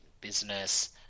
business